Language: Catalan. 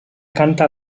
canta